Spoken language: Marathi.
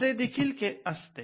असे देखील असते